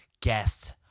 guest